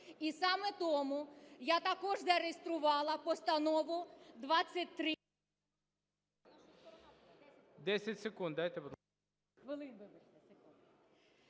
І саме тому я також зареєструвала постанову 23…